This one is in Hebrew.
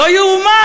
לא ייאמן,